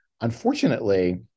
Unfortunately